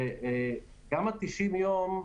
גם ה-90 יום,